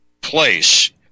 place